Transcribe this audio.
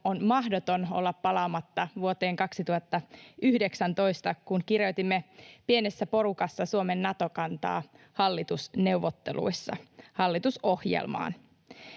on mahdotonta olla palaamatta vuoteen 2019, kun kirjoitimme pienessä porukassa Suomen Nato-kantaa hallitusneuvotteluissa hallitusohjelmaan.